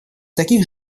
таких